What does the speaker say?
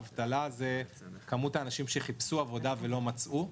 אבטלה זה כמות האנשים שחיפשו עבודה ולא מצאו.